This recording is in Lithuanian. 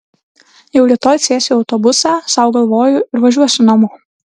jau rytoj sėsiu į autobusą sau galvoju ir važiuosiu namo